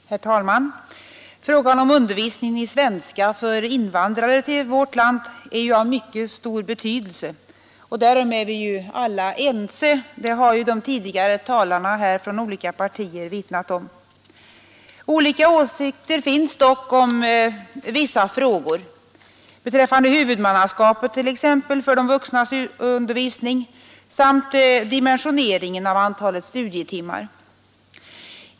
Herr talman! Frågan om undervisningen i svenska för invandrare till vårt land är av mycket stor betydelse. Därom är vi ju alla ense — det har de tidigare talarna från olika partier vittnat om. Olika åsikter finns dock i vissa frågor, t.ex. beträffande huvudmannaskapet för de vuxnas undervisning samt om antalet studietimmar.